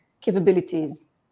capabilities